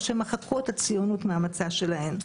או כאלה שמחקו את הציונות מהמצע שלהן.